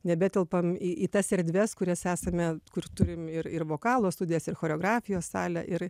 nebetelpam į į tas erdves kurias esame kur turim ir ir vokalo studijas ir choreografijos salę ir